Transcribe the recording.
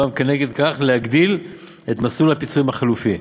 וכנגד כך להגדיל את מסלול הפיצויים החלופי.